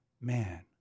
man